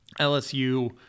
LSU